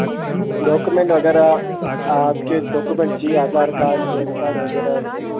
document वगैरह आपके document चाहिए आधार कार्ड पैन कार्ड वगैरह ऐसे